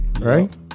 Right